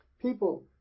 People